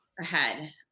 ahead